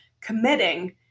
committing